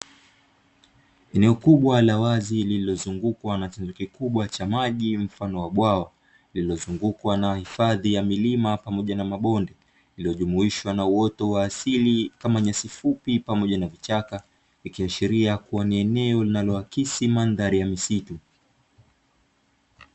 Eneo kubwa la wazi lililozungukwa na chanjo kikubwa cha maji mfano wa bwawa, lililozungukwa na hifadhi ya milima pamoja na mabonde iliyojumuishwa na uoto wa asili kama nyasi fupi pamoja na vichaka, ikiashiria kuwa ni eneo linaloakisi mandhari ya misitu.